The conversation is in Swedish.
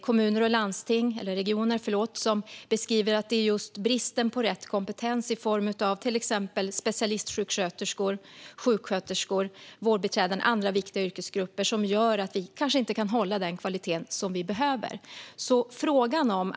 Kommuner och regioner beskriver att det är just bristen på rätt kompetens i form av till exempel specialistsjuksköterskor, sjuksköterskor, vårdbiträden och andra viktiga yrkesgrupper som gör att vi kanske inte kan hålla den kvalitet som vi behöver.